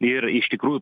ir iš tikrų